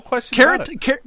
Carrot